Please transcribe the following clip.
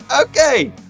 Okay